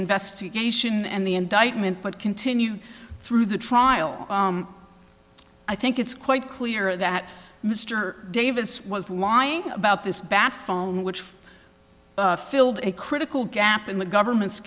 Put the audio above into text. investigation and the indictment but continued through the trial i think it's quite clear that mr davis was lying about this bat phone which filled a critical gap in the government's